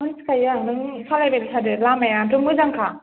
मोनथिखायो आं नों सालायबायल' थादो लामायाथ' मोजांखा